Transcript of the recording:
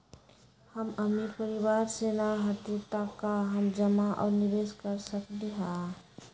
हम अमीर परिवार से न हती त का हम जमा और निवेस कर सकली ह?